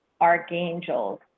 archangels